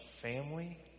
family